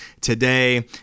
today